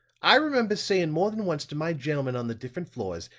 i remember saying more than once to my gentlemen on the different floors,